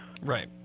Right